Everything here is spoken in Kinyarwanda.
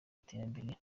iterambere